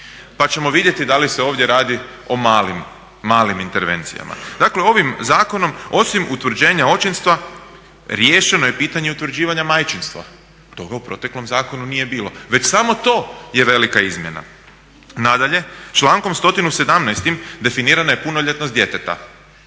Pa ćemo vidjeti da li se ovdje radi o malim, o malim intervencijama. Dakle ovim zakonom osim utvrđenja očinstva riješeno je i pitanje utvrđivanja majčinstva. Toga u proteklom zakonu nije bilo. Već samo to je velika izmjena. Nadalje, člankom 117. definirana je punoljetnost djeteta.